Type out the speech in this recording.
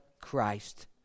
Christ